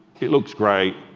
it looks great,